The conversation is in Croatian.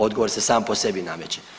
Odgovor se sam po sebi nameće.